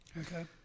Okay